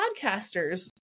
podcasters